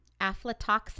aflatoxin